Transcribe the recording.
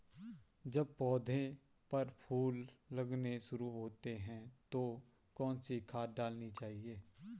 जब पौधें पर फूल लगने शुरू होते हैं तो कौन सी खाद डालनी चाहिए?